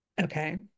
okay